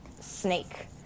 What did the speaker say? snake